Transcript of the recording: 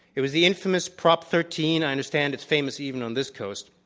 it was the infamous prop thirteen, i understand it's famous even on this coast,